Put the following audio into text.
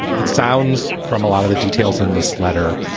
it sounds from a lot of the details in this letter,